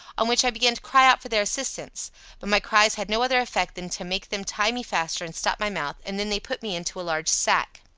on which i began to cry out for their assistance but my cries had no other effect than to make them tie me faster and stop my mouth, and then they put me into a large sack.